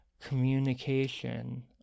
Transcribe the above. communication